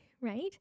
right